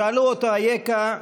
שאלו אותו: אייכה?